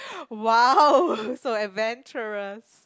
!wow! so adventurous